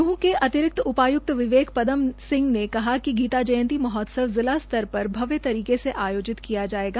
नूंह के अतिरिक्त उपायुक्त विवेक पदम सिंह ने कहा कि गीता जयंती महोत्सव जिला स्तर पर भव्य तरीके से आयोजित किया जायेगा